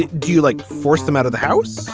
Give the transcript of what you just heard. do you like forced them out of the house?